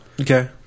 Okay